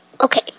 Okay